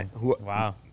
Wow